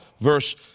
verse